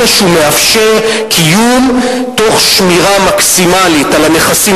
אלא שהוא מאפשר קיום תוך שמירה מקסימלית על הנכסים